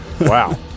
Wow